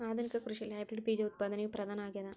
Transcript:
ಆಧುನಿಕ ಕೃಷಿಯಲ್ಲಿ ಹೈಬ್ರಿಡ್ ಬೇಜ ಉತ್ಪಾದನೆಯು ಪ್ರಧಾನ ಆಗ್ಯದ